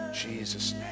Jesus